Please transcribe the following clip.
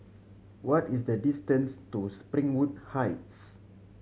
what is the distance to Springwood Heights